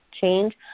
Change